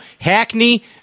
Hackney